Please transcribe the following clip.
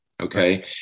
okay